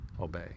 obey